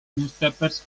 newspapers